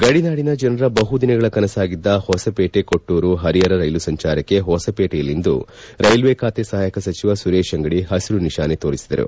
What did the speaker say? ಗಣಿನಾಡಿನ ಜನರ ಬಹುದಿನಗಳ ಕನಸಾಗಿದ್ದ ಹೊಸವೇಟೆ ಕೊಟ್ನೂರು ಪರಿಹರ ರೈಲು ಸಂಚಾರಕ್ಕೆ ಹೊಸವೇಟೆಯಲ್ಲಿಂದು ರೈಲ್ವೆ ಖಾತೆ ಸಹಾಯಕ ಸಚಿವ ಸುರೇಶ್ ಅಂಗಡಿ ಪಸಿರು ನಿಶಾನೆ ತೋರಿಸಿದರು